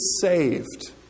saved